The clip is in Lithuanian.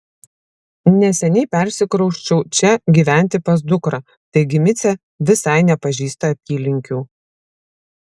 neseniai persikrausčiau čia gyventi pas dukrą taigi micė visai nepažįsta apylinkių